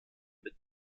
mit